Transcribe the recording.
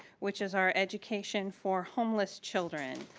which is our education for homeless children.